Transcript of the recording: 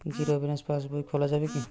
Zero balance পাশ বই খোলা যাবে কি?